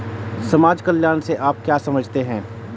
समाज कल्याण से आप क्या समझते हैं?